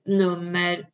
nummer